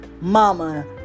mama